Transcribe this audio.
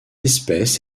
espèce